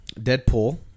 Deadpool